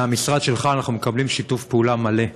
ומהמשרד שלך אנחנו מקבלים שיתוף פעולה מלא.